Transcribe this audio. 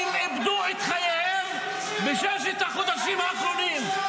איבדו את חייהם בששת החודשים האחרונים.